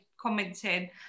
commenting